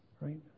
Right